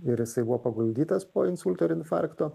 ir jisai buvo paguldytas po insulto ir infarkto